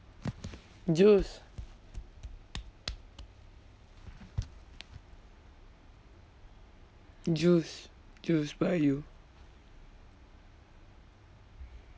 juice juice juice by you